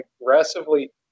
aggressively